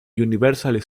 universal